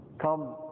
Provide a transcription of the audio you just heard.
Come